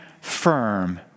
firm